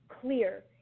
clear